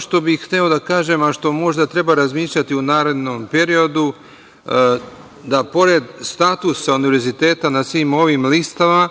što bih hteo da kažem, a što možda treba razmišljati u narednom periodu, da pored statusa univerziteta na svim ovim listama,